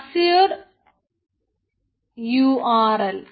Azure URL